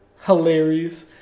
hilarious